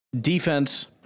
Defense